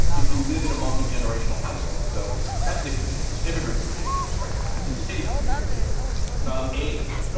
but if you live in a multigenerational household. so ethnic communities, immigrant communities. right. hit the city community um age.